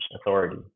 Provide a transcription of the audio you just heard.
authority